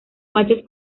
machos